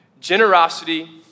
Generosity